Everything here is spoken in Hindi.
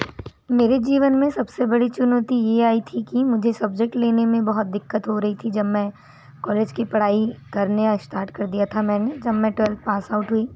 मेरे जीवन में सबसे बड़ी चुनौती ये आयी थी कि मुझे सब्जेक्ट लेने में बहुत दिक्कत हो रही थी जब मैं कॉलेज की पढाई करना स्टार्ट कर दिया था मैंने जब मैं ट्वेल्थ पास आउट हुई